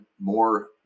more